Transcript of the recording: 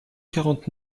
quarante